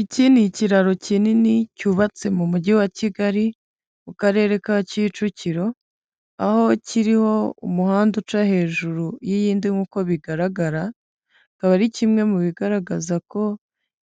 Iki ni ikiraro kinini cyubatse mu mujyi wa kigali mu karere ka kicukiro aho kiriho umuhanda uca hejuru y'iyindi nkuko bigaragara akaba ari kimwe mu bigaragaza ko